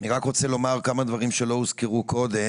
אני רק רוצה לומר כמה דברים שלא הוזכרו קודם